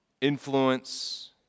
influence